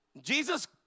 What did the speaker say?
Jesus